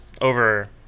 Over